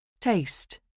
Taste